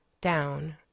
down